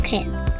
Kids